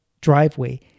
driveway